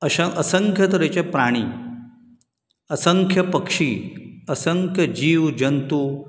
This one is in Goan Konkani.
अशे असंख्य तरेचे प्राणी असंख्य पक्षी असंख्य जीव जंतू